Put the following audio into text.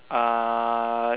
uh